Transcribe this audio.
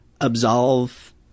absolve